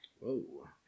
Whoa